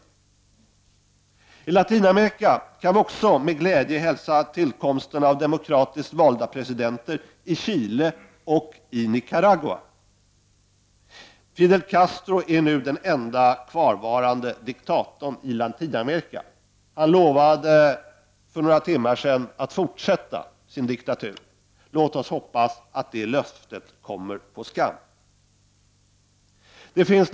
När det gäller Latinamerika kan vi också med glädje hälsa tillkomsten av demokratiskt valda presidenter i Chile och Nicaragua. Fidel Castro är nu den ende kvarvarande diktatorn i Latinamerika. För några timmar sedan lovade han att fortsätta med sin diktatur. Låt oss hoppas att hans ambitioner beträffande det löftet kommer på skam!